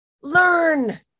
learn